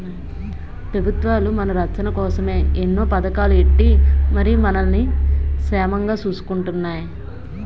పెబుత్వాలు మన రచ్చన కోసమే ఎన్నో పదకాలు ఎట్టి మరి మనల్ని సేమంగా సూసుకుంటున్నాయి